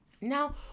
Now